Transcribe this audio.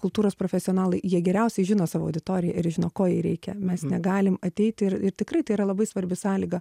kultūros profesionalai jie geriausiai žino savo auditoriją ir žino ko jai reikia mes negalim ateiti ir ir tikrai tai yra labai svarbi sąlyga